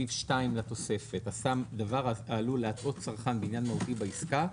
סעיף 2 לתוספת: "עשה דבר העלול להטעות צרכן בעניין מהותי בעסקה,